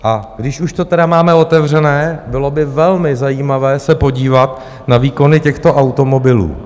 A když už to tedy máme otevřené, bylo by velmi zajímavé se podívat na výkony těchto automobilů.